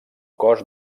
cos